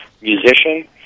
musician